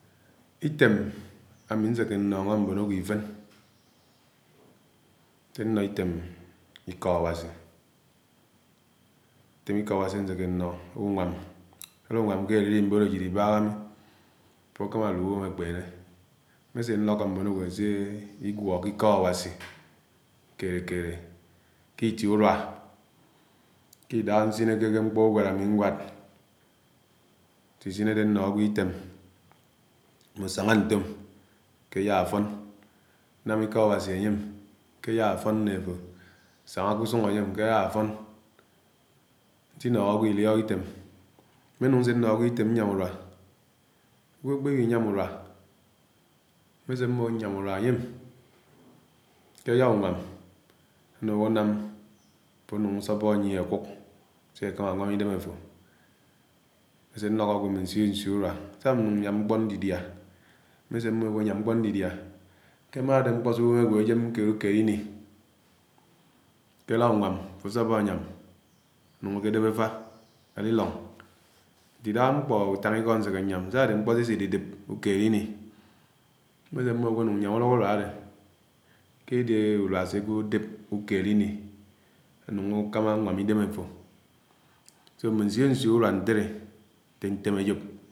Itém ami nséké ññọñgọ mbón ágwo ifén. Nsé ññọ itém ikọ Awási, item iko. Awasi, aséké ññọ, únwám, àláunwám ke èrérimbót ajid ibãhã mi afo àkámá àlú uwém àkpène. Mmese ñlọkọ mbọn agwo se igwọ ké ikọ Awási kelé-kelé ke itie unia, ke ìdahé nsineke ké mkpo uñwad àmi ñwád ñsisinédé ñño agwo itém mmo sángá ñtoõm ké á àfón, nám ikọ Awasi anyém ké alá àfónné afó, sañgá, ké úsung enyém ke alá afón. Ñsiñàhó agwo iliok ifém. Mmé múng nsé ñño ágwo itém ñyám úrúa. ágwo akpeni, inyám ùruã mmé sé ñwó nyám uruá áñyem ke'aláùñwa'm ànúhú anám áfo asọhó àñyiè ákúk se ákámá anwám idém àfó mmé se nlọkọ ágwo mme nsio-nsío, ùrua. Saá nuñg nyám mkpó ndídiá ke ãmã ade mkpọ se úwém agwo ajém ùkéed-ùkéed ini ké àlá únwám afó àsóhó áñyám anúng aké adép àfá àlilúng. Nté ìdáhã mkpọ ùtángikọ aseke nyám sádé nkpọ sésédédép ùkéed ini mmè sé mmõ agwo núng nyam utọ úruá adé ké àdé urua se agwo, dep, ùkéed ini, ánúng akamá anwam idém afo. Mmé nsio-nsio urua ntélẽ nte ntém àjóp.